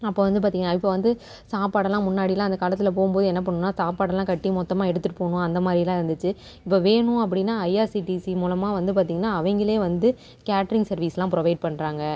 அப்போது வந்து பார்த்திங்கனா இப்போ வந்து சாப்பாடுலாம் முன்னாடியெலாம் அந்த காலத்தில் போகும்போது என்ன பண்ணுவோனா சாப்பாடுலாம் கட்டி மொத்தமாக எடுத்துகிட்டு போகணும் அந்த மாதிரிலாம் இருந்துச்சு இப்போ வேணும் அப்படினா ஐஆர்சிடிசி மூலமாக வந்து பார்த்திங்கனா அவங்களே வந்து கேட்ரிங் சர்விஸ்லாம் ப்ரொவைட் பண்ணுறாங்க